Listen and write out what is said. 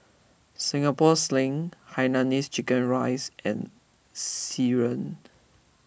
Singapore Sling Hainanese Chicken Rice and siren